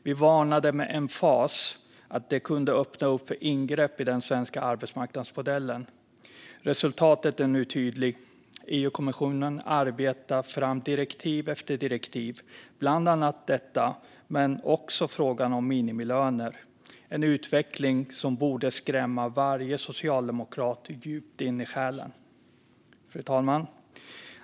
Vi varnade med emfas för att det kunde öppna upp för ingrepp i den svenska arbetsmarknadsmodellen. Resultatet är nu tydligt: EU-kommissionen arbetar fram direktiv efter direktiv, bland annat om detta men också i frågan om minimilöner. Det är en utveckling som borde skrämma varje socialdemokrat djupt in i själen. Fru talman!